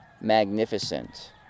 magnificent